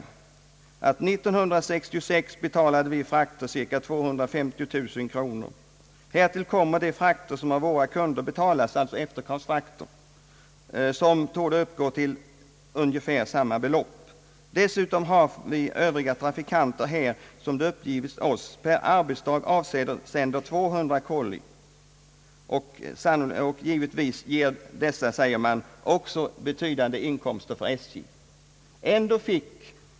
1966 betalade firman i frakter cirka 250 000 kronor. Därtill kom de frakter som firman skulle betala, alltså efterkravsfrakter, som torde uppgå till ungefär samma belopp. Vidare har man övriga trafikanter vilka enligt vad det uppgivits avsänder cirka 200 kolli per arbetsdag. Givetvis ger dessa, säger man, betydande inkomster för SJ.